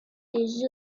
des